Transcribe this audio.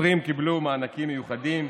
השוטרים קיבלו מענקים מיוחדים,